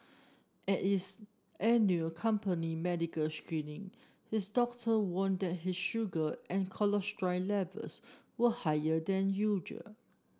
at its annual company medical screening his doctor warned that he sugar and cholesterol levels were higher than usual